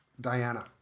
Diana